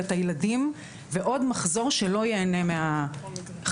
את הילדים ועוד מחזור שלא ייהנה מהחוויה